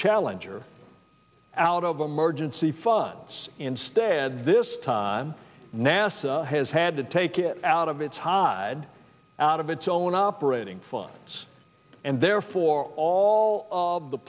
challenger out of the emergency funds instead this time nasa has had to take it out of its hide out of its own operating funds and therefore all